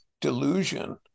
delusion